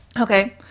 Okay